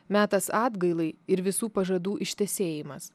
metas atgailai ir visų pažadų ištesėjimas